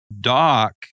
Doc